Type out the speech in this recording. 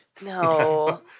No